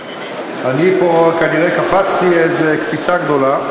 אני כנראה קפצתי איזו קפיצה גדולה,